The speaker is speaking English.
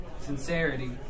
sincerity